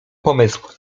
pomysł